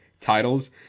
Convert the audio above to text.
titles